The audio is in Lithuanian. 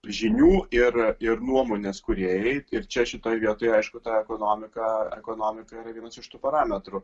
žinių ir ir nuomonės kūrėjai ir čia šitoj vietoj aišku ta ekonomika ekonomika yra vienas iš tų parametrų